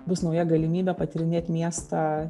bus nauja galimybė patyrinėt miestą